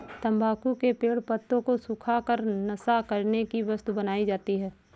तम्बाकू के पेड़ पत्तों को सुखा कर नशा करने की वस्तु बनाई जाती है